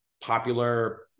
popular